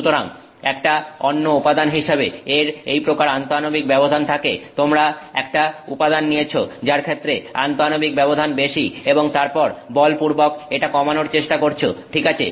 সুতরাং একটা অন্য উপাদান হিসেবে এর এইপ্রকার আন্তঃআণবিক ব্যবধান থাকে তোমরা একটা উপাদান নিয়েছো যার ক্ষেত্রে আন্তঃআণবিক ব্যবধান বেশি এবং তারপর বলপূর্বক এটা কমানোর চেষ্টা করছো ঠিক আছে